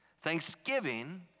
Thanksgiving